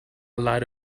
lot